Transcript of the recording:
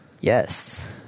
Yes